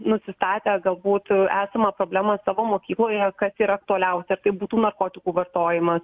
nusistatę galbūt esamą problemą savo mokykloje kas yra aktualiausia ar tai būtų narkotikų vartojimas